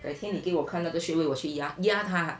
改天你给我看那个穴位我去压压它